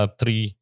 three